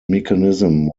mechanism